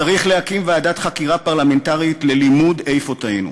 צריך להקים ועדת חקירה פרלמנטרית ללימוד איפה טעינו.